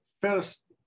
first